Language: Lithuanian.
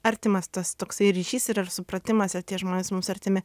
artimas tas toksai ryšys ir yra supratimas ir tie žmonės mums artimi